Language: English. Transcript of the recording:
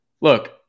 look